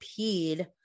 peed